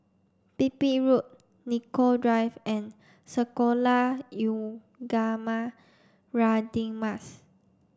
Pipit Road Nicoll Drive and Sekolah Ugama Radin Mas